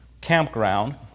campground